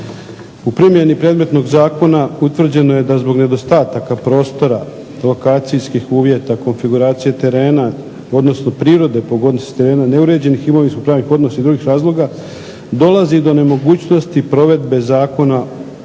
U primjeni predmetnog zakona utvrđeno je da zbog nedostataka prostora, lokacijskih uvjeta, konfiguracije terena, odnosno prirodne pogodnosti terena, neuređenih imovinsko-pravnih odnosa i drugih razloga dolazi do nemogućnosti provedbe zakona u